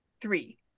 Three